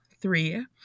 three